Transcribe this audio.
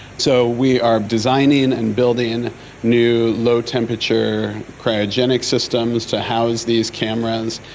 so we are designing and building new low-temperature cryogenic systems to house these cameras,